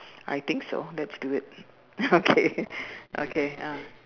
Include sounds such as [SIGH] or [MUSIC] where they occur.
I think so let's do it [LAUGHS] okay okay ah